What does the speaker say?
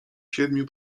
siedmiu